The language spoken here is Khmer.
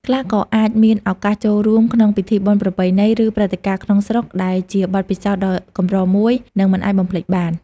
ខ្លះក៏អាចមានឱកាសចូលរួមក្នុងពិធីបុណ្យប្រពៃណី ឬព្រឹត្តិការណ៍ក្នុងស្រុក ដែលជាបទពិសោធន៍ដ៏កម្រមួយ និងមិនអាចបំភ្លេចបាន។